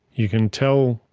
you can tell